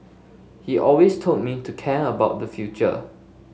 he always told me to care about the future